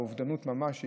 לאובדנות ממש,